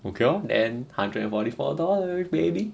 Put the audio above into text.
okay lor then hundred and forty four dollars baby